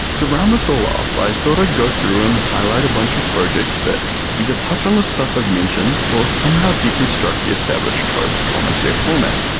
to round this all off, i thought i'd go through and highlight a bunch of projects that either touch on the stuff i've mentioned, or somehow deconstruct the established tropes common to their format,